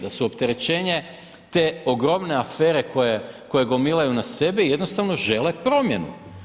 Da su opterećenje te ogromne afere koje gomilaju na sebi i jednostavno žele promjenu.